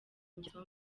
ngeso